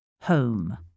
Home